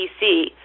PC